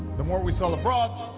the more we sell abroad,